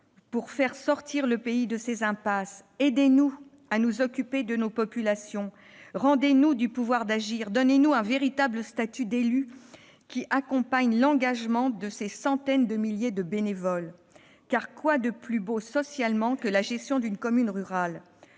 pour faire sortir le pays de ses impasses, aidez-nous à nous occuper de nos populations, rendez-nous du pouvoir d'agir, donnez-nous un véritable statut d'élu qui accompagne l'engagement de ces centaines de milliers de bénévoles. » Quoi de plus beau, socialement, que la gestion d'une commune rurale ?